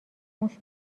موش